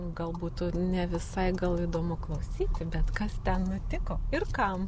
gal būtų ne visai gal įdomu klausyti bet kas ten nutiko ir kam